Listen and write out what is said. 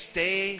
Stay